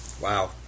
Wow